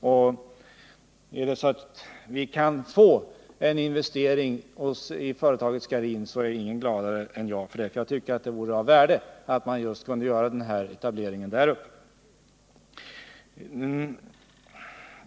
Om vi kunde få fram en investering i Scharins vore ingen gladare än jag. Jag tycker att det vore av värde om vi kunde komma fram till en etablering just där uppe.